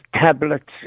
Tablets